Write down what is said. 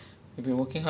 ya